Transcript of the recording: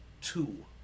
two